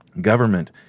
Government